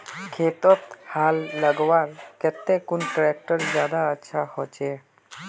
खेतोत हाल लगवार केते कुन ट्रैक्टर ज्यादा अच्छा होचए?